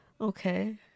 Okay